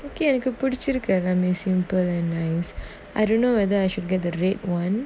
okay எனக்கு புடிச்சிருக்கு எல்லாமே:enaku pudichiruku ellaame simple and nice I don't know whether I should get the red one